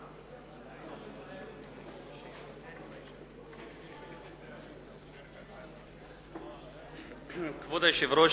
כבוד היושב-ראש,